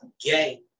gay